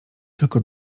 tylko